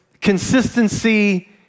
consistency